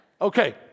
Okay